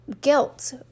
guilt